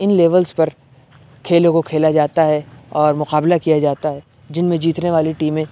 اِن levels پر کھیلوں کو کھیلا جاتا ہے اور مقابلہ کیا جاتا ہے جن میں جیتنے والی ٹیمیں